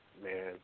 man